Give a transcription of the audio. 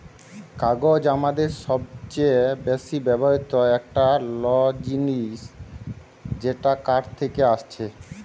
কাগজ আমাদের সবচে বেশি ব্যবহৃত একটা ল জিনিস যেটা কাঠ থেকে আসছে